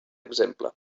exemple